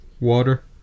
water